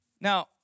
Now